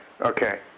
Okay